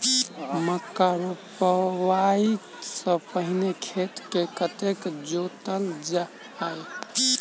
मक्का रोपाइ सँ पहिने खेत केँ कतेक जोतल जाए?